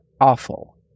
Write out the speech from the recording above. awful